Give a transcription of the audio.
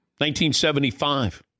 1975